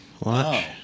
Watch